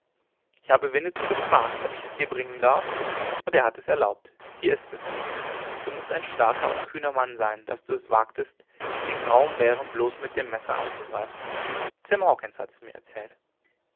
ich habe winnetou gefragt ob ich es dir bringen darf und er hat es erlaubt hier ist es du mußt ein starker und kühner mann sein daß du es wagest den grauen bären bloß mit dem messer anzugreifen sam hawkens hat es mir erzählt